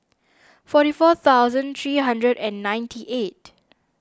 forty four thousand three hundred and ninety eight